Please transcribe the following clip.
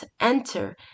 enter